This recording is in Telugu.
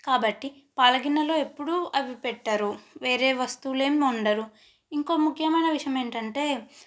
కాబట్టి పాల గిన్నెలో ఎప్పుడు అవి పెట్టరు వేరే వస్తువులు ఏమి వండరు ఇంకో ముఖ్యమైన విషయం ఏంటంటే